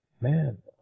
man